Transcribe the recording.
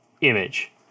image